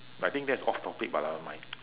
but I think that's off topic but never mind